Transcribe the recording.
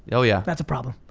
yeah oh yeah. that's a problem.